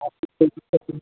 आपको कोई दिक्कत नहीं